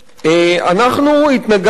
אנחנו התנגדנו,